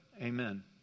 amen